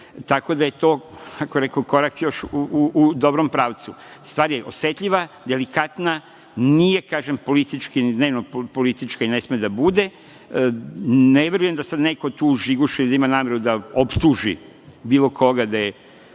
Tako da je to, da kažem, korak još u dobrom pravcu. Stvar je osetljiva, delikatna, nije, kažem, politički ni dnevno politički, ne sme da bude, ne verujem da sad neko tu žigoše i da ima nameru da optuži bilo koga da je,